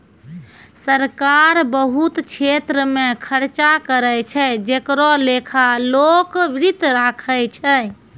सरकार बहुत छेत्र मे खर्चा करै छै जेकरो लेखा लोक वित्त राखै छै